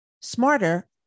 SMARTER